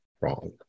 wrong